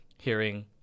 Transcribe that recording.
Hearing